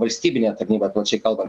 valstybinė tarnyba plačiai kalbant